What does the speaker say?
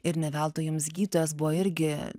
ir ne veltui jums gydytojas buvo irgi